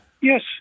Yes